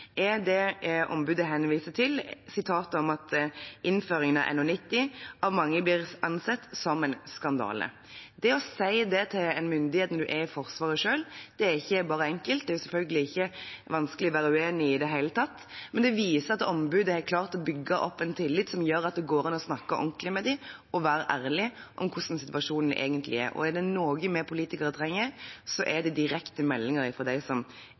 er sitatet ombudet henviser til, om at «innføringen av NH90 helikoptrene er av mange beskrevet som en skandale». Det å si det til myndighetene når man er i Forsvaret selv, er ikke bare enkelt. Det er selvfølgelig ikke vanskelig å være uenig i det hele tatt, men det viser at ombudet har klart å bygge opp en tillit som gjør at det går an å snakke ordentlig med dem og være ærlig om hvordan situasjonen egentlig er. Er det noe vi politikere trenger, er det direkte meldinger fra dem som